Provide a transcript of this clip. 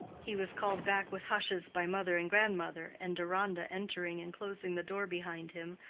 he was called back with hushes by mother and grandmother, and deronda, entering and closing the door behind him,